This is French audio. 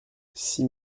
six